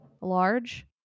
large